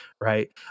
right